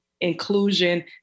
inclusion